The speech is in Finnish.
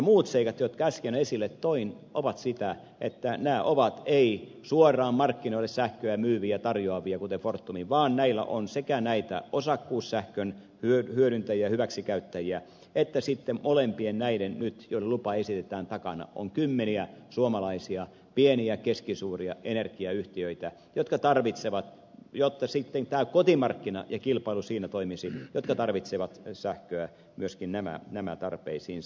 muut seikat jotka äsken esille toin ovat sitä että nämä ovat ei suoraan markkinoille sähköä myyviä tarjoavia kuten fortum vaan näillä on näitä osakkuussähkön hyödyntäjiä hyväksikäyttäjiä ja sitten molempien näiden joille lupaa esitetään takana on kymmeniä suomalaisia pieniä ja keskisuuria energiayhtiöitä jotka tarvitsevat jotta tämä kotimarkkina ja kilpailu siinä toimisi sähköä myöskin tarpeisiinsa